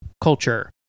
culture